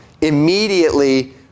immediately